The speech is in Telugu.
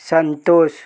సంతోష్